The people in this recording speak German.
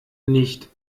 nicht